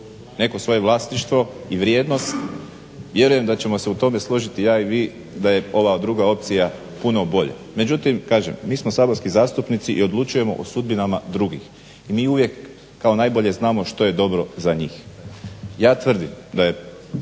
neko svoje vlasništvo i vrijednost, vjerujem da ćemo se u tome složiti ja i vi da je ova druga opcija puno bolja. Međutim kažem, mi smo saborski zastupnici i odlučujemo o sudbinama drugih. Mi uvijek kao najbolje znamo što je dobro za njih. Ja tvrdim da je